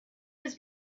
was